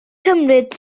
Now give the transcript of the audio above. cymryd